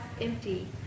empty